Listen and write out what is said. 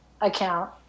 account